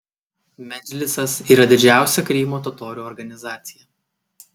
medžlisas yra didžiausia krymo totorių organizacija